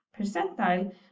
percentile